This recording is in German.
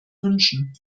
wünschen